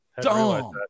dumb